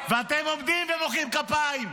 ואתם עומדים ומוחאים כפיים,